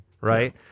right